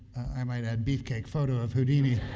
i might add, beefcake photo of houdini.